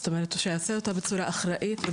אחראית.